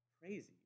crazy